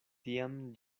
tiam